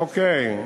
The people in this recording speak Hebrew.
אוקיי.